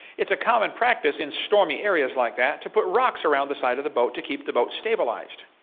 it's a common practice in stormy areas like that to put rocks around the side of the boat to keep the boat stabilized.